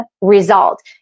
result